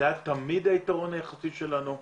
זה היה תמיד היתרון היחסי שלנו,